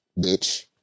bitch